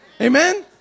Amen